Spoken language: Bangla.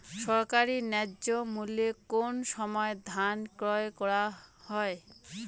সরকারি ন্যায্য মূল্যে কোন সময় ধান ক্রয় করা হয়?